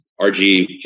RG